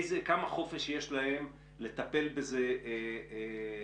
כמה חופש יש להם לטפל בזה עצמאית.